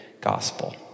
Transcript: gospel